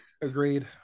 agreed